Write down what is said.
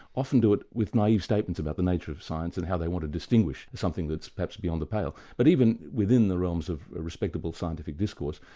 often do it with naive statements about the nature of science and how they want to distinguish something that's perhaps beyond the pale. but even within the realms of a respectable scientific discourse,